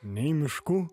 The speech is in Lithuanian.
nei miškų